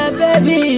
baby